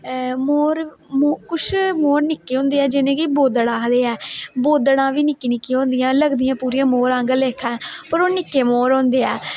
मोर मोर कुछ मोर निक्के होंदे जिनेंगी बोधड़ा आक्खदे ऐ बोधडा बी निक्की निक्की होदियां लदियां पूरियां मोर आहले लेखा ऐ पर ओह् निक्के मोर होंदे ऐ